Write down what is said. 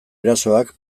erasoak